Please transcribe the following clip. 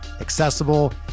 accessible